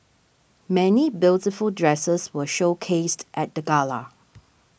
many beautiful dresses were showcased at the gala